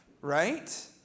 right